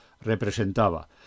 representaba